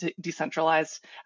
decentralized